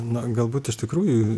na galbūt iš tikrųjų